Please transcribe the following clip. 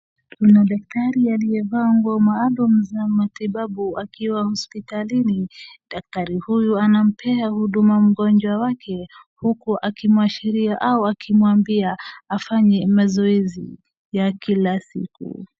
Kuna daktari aliyevaa nguo maalum za matibabu akiwa hospitalini, daktari huyu anampea huduma mgonjwa wake, huku akimwashiria au akimwambia afanye mazoezi ya kila siku.